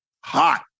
Hot